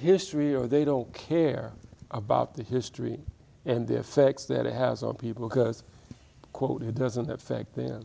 history or they don't care about the history and the effects that it has on people because quote it doesn't have thanked them